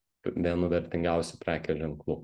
vienu vertingiausių prekės ženklų